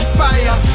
fire